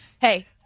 Hey